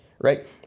Right